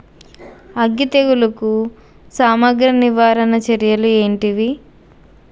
అగ్గి తెగులుకు సమగ్ర నివారణ చర్యలు ఏంటివి?